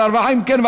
התשע"ו 2016,